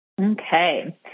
Okay